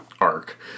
arc